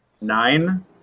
Nine